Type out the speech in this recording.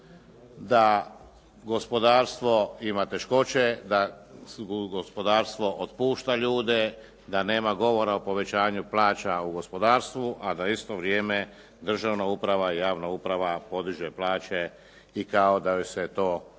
da gospodarstvo ima teškoće, da gospodarstvo otpušta ljude, da nema govora o povećanju plaća u gospodarstvu a da u isto vrijeme državna uprava, javna uprava podiže plaće kao da je se to ne